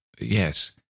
yes